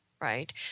Right